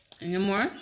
anymore